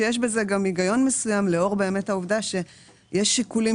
שיש בזה גם היגיון מסוים לאור העובדה שיש שיקולים